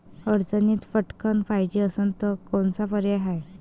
अडचणीत पटकण पायजे असन तर कोनचा पर्याय हाय?